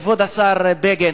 כבוד השר בגין,